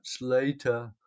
later